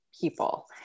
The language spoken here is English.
people